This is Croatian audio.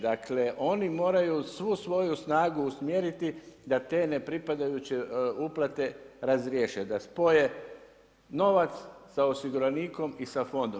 Dakle, oni moraju svu svoju snagu usmjeriti da te nepripadajuće uplate razriješe, da spoje novac sa osiguranikom i sa fondom.